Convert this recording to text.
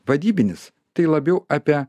vadybinis tai labiau apie